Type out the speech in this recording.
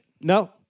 no